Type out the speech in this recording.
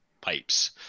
pipes